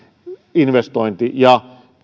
investointiin ja